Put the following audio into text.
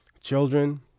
Children